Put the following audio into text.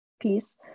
piece